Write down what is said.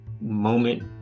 moment